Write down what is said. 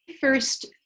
first